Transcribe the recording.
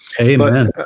Amen